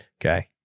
Okay